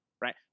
Right